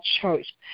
church